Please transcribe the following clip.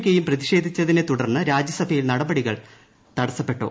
കെയും പ്രതിഷേധിച്ചതിനെ തുടർന്ന് രാജ്യസഭയിൽ നടപടികൾ തടസ്സപ്പെട്ടു